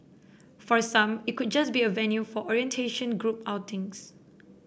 for some it could just be a venue for orientation group outings